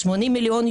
כן.